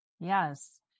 Yes